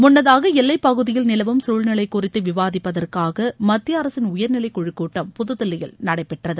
முன்னதாக எல்லை பகுதியில் நிலவும் குழ்நிலை குறித்து விவாதிப்பதற்காக மத்திய அரசின் உயர்நிலை குழு கூட்டம் புதுதில்லியில் நடைபெற்றது